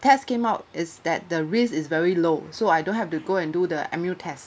test came out is that the risk is very low so I don't have to go and do the M_U test